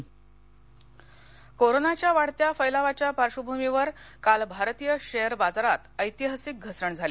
share बाजार कोरोनाच्या वाढत्या फैलावाच्या पार्श्वभूमीवर काल भारतीय शेअर बाजारांत ऐतिहासिक घसरण झाली